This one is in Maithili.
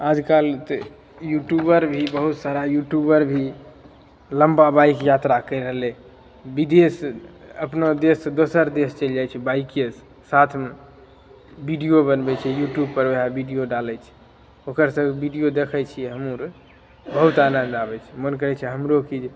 आजकल तऽ यूट्यूबर भी बहुत सारा यूट्यूबर भी लम्बा बाइक यात्रा कै रहलै विदेश अपना देश से दोसर देश चलि जाइत छै बाइके से साथमे विडियो बनबैत छै यूट्यूब पर ओहए विडियो डालैत छै ओकर सबके विडियो देखैत छियै हमहुँ आर बहुत आनंद आबैत छै मन करैत छै हमरो कि